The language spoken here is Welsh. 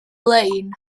lein